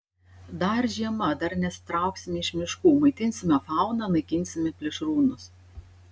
dar žiema dar nesitrauksime iš miškų maitinsime fauną naikinsime plėšrūnus